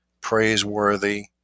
praiseworthy